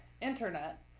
internet